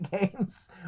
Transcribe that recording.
games